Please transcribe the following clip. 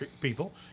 people